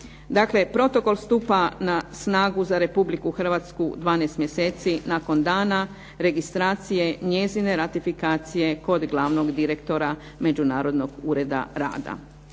Dakle, protokol stupa na snagu za Republiku Hrvatsku 12 mjeseci nakon dana registracije njezine ratifikacije kod glavnog direktora Međunarodnog ureda rada.